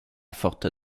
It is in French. forte